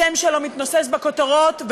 השם שלו מתנוסס בכותרות,